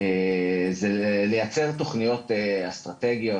זה לייצר תוכניות אסטרטגיות.